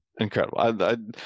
Incredible